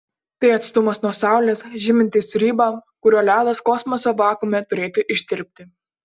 tai atstumas nuo saulės žymintis ribą kuriuo ledas kosmoso vakuume turėtų ištirpti